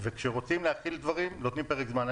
וכשרוצים להחיל דברים, נותנים פרק זמן.